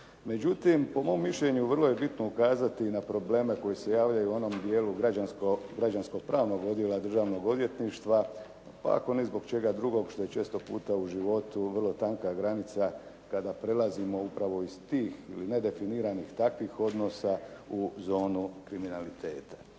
Međutim, po mom mišljenju vrlo je bitno ukazati i na probleme koji se javljaju u onom djelu građansko-pravnog odjela Državnog odvjetništva, pa ako ni zbog čega drugog što je često puta u životu vrlo tanka granica kada prelazimo upravo iz tih ili nedefiniranih takvih odnosa u zonu kriminaliteta.